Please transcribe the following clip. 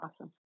Awesome